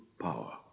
power